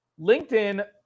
LinkedIn